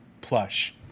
plush